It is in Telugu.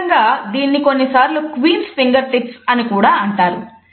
హాస్యభరితంగా దీన్ని కొన్నిసార్లు క్వీన్స్ ఫింగర్ టిప్స్ అని కూడా అంటారు